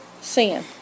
sin